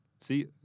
See